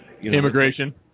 immigration